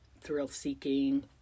thrill-seeking